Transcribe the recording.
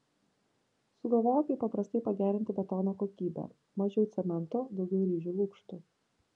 sugalvojo kaip paprastai pagerinti betono kokybę mažiau cemento daugiau ryžių lukštų